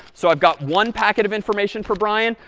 so i've got one packet of information for brian.